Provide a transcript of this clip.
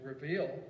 reveal